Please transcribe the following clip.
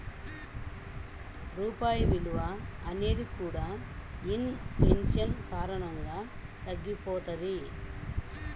రూపాయి విలువ అనేది కూడా ఇన్ ఫేషన్ కారణంగా తగ్గిపోతది